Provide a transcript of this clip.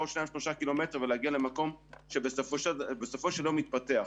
עוד שניים-שלושה קילומטרים ולהגיע למקום שבסופו של יום יתפתח.